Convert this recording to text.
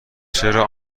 چرا